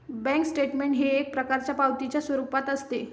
bank statement हे एक प्रकारच्या पावतीच्या स्वरूपात असते